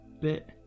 bit